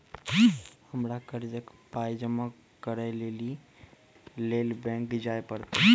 हमरा कर्जक पाय जमा करै लेली लेल बैंक जाए परतै?